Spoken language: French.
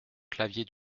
clavier